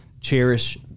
cherish